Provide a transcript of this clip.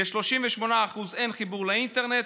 ל-38% אין חיבור לאינטרנט,